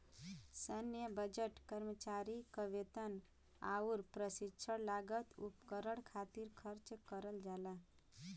सैन्य बजट कर्मचारी क वेतन आउर प्रशिक्षण लागत उपकरण खातिर खर्च करल जाला